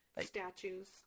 statues